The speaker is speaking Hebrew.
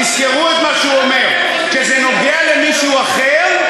תזכרו את מה שהוא אומר: כשזה נוגע למישהו אחר,